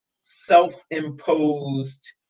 self-imposed